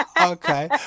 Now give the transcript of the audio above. Okay